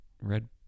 Red